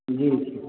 जी